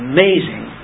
Amazing